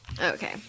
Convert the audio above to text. okay